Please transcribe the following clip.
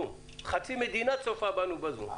חצי שנה.